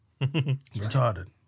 Retarded